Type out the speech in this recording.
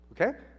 Okay